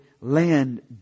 land